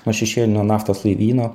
nuo šešėlinio naftos laivyno